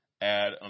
Add